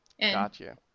Gotcha